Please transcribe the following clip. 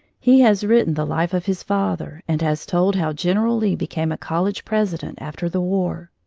he has written the life of his father and has told how general lee became a college president after the war.